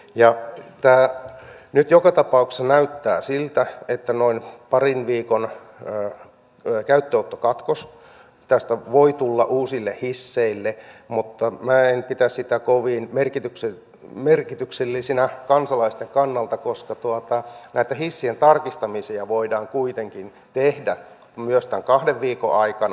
tämä nyt joka tapauksessa näyttää siltä että noin parin viikon käyttöönottokatkos tästä voi tulla uusille hisseille mutta minä en pidä sitä kovin merkityksellisenä kansalaisten kannalta koska näitä hissien tarkistamisia voidaan kuitenkin tehdä myös tämän kahden viikon aikana